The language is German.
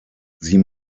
sie